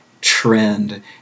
trend